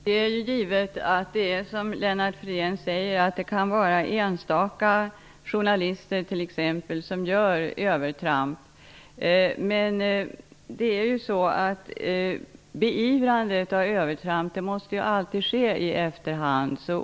Herr talman! Det är givet att det kan vara enstaka journalister som gör övertramp. Men beivrandet av övertramp måste alltid ske i efterhand.